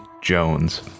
jones